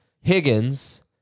Higgins